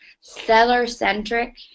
seller-centric